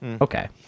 Okay